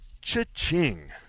Cha-ching